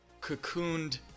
cocooned